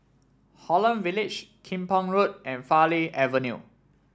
Holland Village Kim Pong Road and Farleigh Avenue